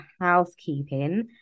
housekeeping